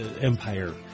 Empire